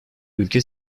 ülke